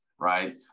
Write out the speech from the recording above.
right